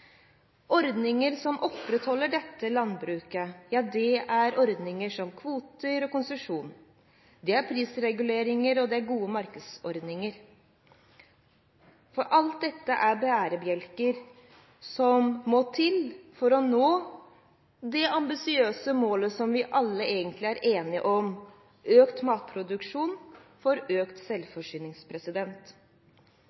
Ordninger som opprettholder dette landbruket, er ordninger som kvoter og konsesjon, prisreguleringer og gode markedsordninger. Alt dette er bærebjelker som må til for å nå det ambisiøse målet vi alle egentlig er enige om: økt matproduksjon for økt